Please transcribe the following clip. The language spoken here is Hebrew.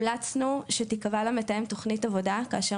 המלצנו שתיקבע למתאם תכנית עבודה כאשר